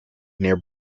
near